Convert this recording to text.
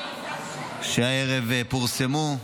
בפרסום הערב.